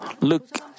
look